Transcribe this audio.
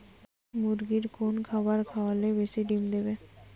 মুরগির কোন খাবার খাওয়ালে বেশি ডিম দেবে?